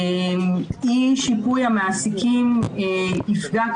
אי שיפוי המעסיקים יפגע,